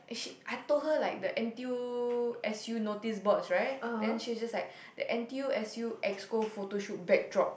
eh she I told her like the N_T_U S_U notice boards right then she was just like the N_T_U S_U exco photo shoot backdrop